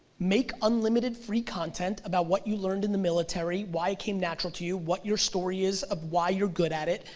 make unlimited free content about what you learned in the military, why it came natural to you, what your story is of why you're good at it,